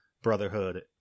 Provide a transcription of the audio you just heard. Brotherhood